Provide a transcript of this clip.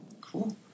Cool